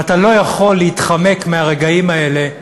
ואתה לא יכול להתחמק מהרגעים האלה,